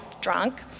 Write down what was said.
drunk